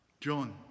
John